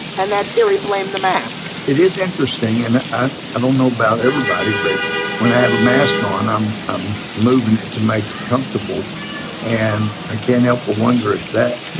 and that theory blame the mask it is interesting and i don't know about everybody, but when i have a mask on, i'm um moving it to my comfortable and i can't help wonder if that,